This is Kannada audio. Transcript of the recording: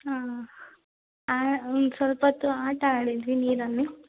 ಹಾಂ ಈಗ ಸ್ವಲ್ಪೊತ್ತು ಆಟ ಆಡಿದ್ವಿ ನೀರಲ್ಲಿ